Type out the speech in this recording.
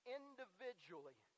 individually